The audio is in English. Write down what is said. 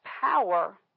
power